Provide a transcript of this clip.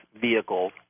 vehicles